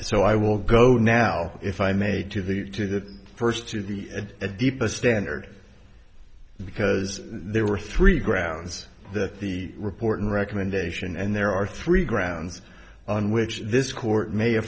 so i will go now if i may to the to the first to the a deeper standard because there were three grounds that the report recommendation and there are three grounds on which this court may